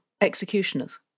Executioners